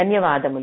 ధన్యవాదము